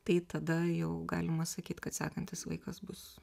tai tada jau galima sakyt kad sekantis vaikas bus